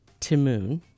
timoon